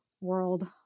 world